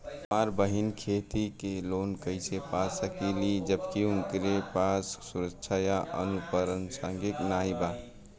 हमार बहिन खेती के लोन कईसे पा सकेली जबकि उनके पास सुरक्षा या अनुपरसांगिक नाई बा?